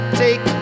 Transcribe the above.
take